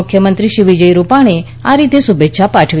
મુખ્યમંત્રીશ્રી વિજય રૂપાણીએ આ રીતે શુભેચ્છાઓ પાઠવી